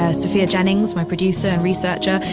ah sophia jennings, my producer and researcher,